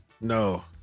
no